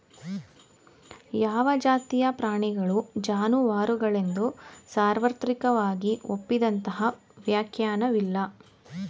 ಯಾವ ಜಾತಿಯ ಪ್ರಾಣಿಗಳು ಜಾನುವಾರುಗಳೆಂದು ಸಾರ್ವತ್ರಿಕವಾಗಿ ಒಪ್ಪಿದಂತಹ ವ್ಯಾಖ್ಯಾನವಿಲ್ಲ